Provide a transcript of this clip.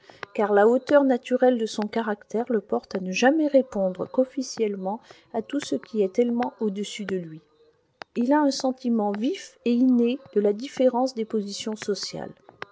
car la hauteur naturelle de son caractère le porte à ne jamais répondre qu'officiellement à tout ce qui est tellement au-dessus de lui il a un sentiment vif et inné de la différence des positions sociales